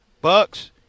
bucks